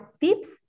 tips